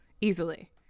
easily